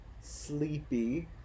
Sleepy